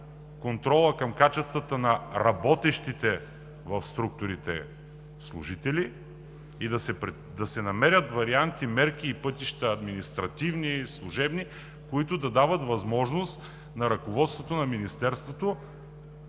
контролът към качествата на работещите в структурите служители и да се намерят варианти, мерки и пътища – административни и служебни, които да дават възможност на ръководството на Министерството